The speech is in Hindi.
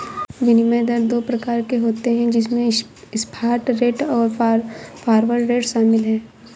विनिमय दर दो प्रकार के होते है जिसमे स्पॉट रेट और फॉरवर्ड रेट शामिल है